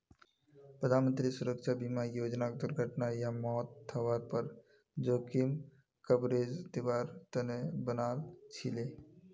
प्रधानमंत्री सुरक्षा बीमा योजनाक दुर्घटना या मौत हवार पर जोखिम कवरेज दिवार तने बनाल छीले